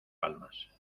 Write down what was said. palmas